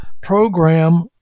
program